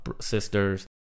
sisters